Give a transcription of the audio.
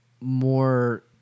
more